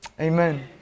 amen